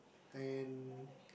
then